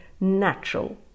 natural